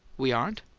we aren't?